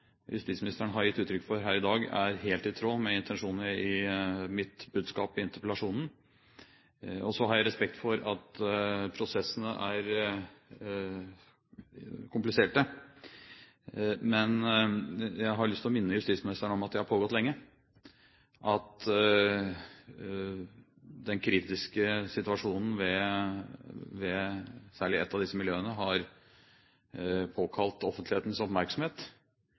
justisministeren har gitt uttrykk for her i dag, er helt i tråd med intensjonene i mitt budskap i interpellasjonen. Jeg har respekt for at prosessene er kompliserte, men jeg har lyst til å minne justisministeren om at de har pågått lenge, at den kritiske situasjonen ved særlig ett av disse miljøene har påkalt offentlighetens oppmerksomhet,